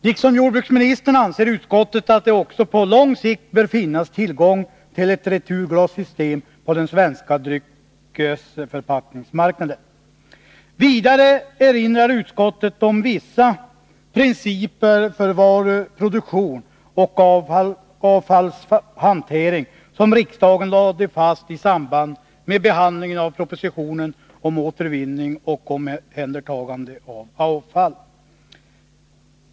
Liksom jordbruksministern anser utskottet att det också på lång sikt bör finnas tillgång till ett returglassystem på den svenska dryckesförpackningsmarknaden. Vidare erinrar utskottet om vissa principer för varuproduktion och avfallshantering, som riksdagen lade fast i samband med behandlingen av propositionen om återvinning och omhändertagande av avfall.